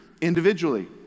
individually